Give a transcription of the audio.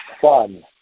fun